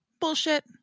Bullshit